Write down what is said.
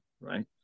Right